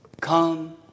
Come